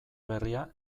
berria